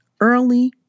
early